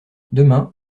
demain